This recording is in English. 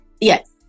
Yes